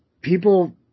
people